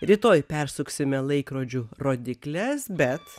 rytoj persuksime laikrodžių rodykles bet